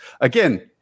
Again